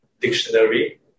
Dictionary